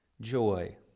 joy